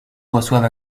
reçoivent